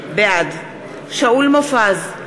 בעד שאול מופז,